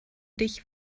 dich